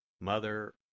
Mother